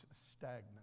stagnant